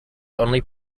only